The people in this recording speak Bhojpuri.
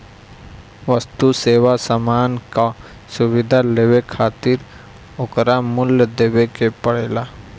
वस्तु, सेवा, सामान कअ सुविधा लेवे खातिर ओकर मूल्य देवे के पड़ेला